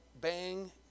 bang